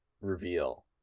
reveal